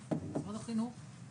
טוב, אז שוב בוקר טוב,